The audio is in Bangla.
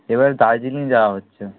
এবার দার্জিলিং যাওয়া হচ্ছে